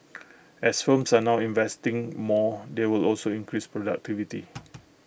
as firms are now investing more they will also increase productivity